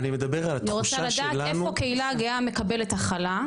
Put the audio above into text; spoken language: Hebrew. אני רוצה לדעת איפה הקהילה הגאה מקבלת הכלה?